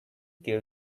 killed